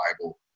Bible